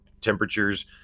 temperatures